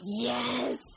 yes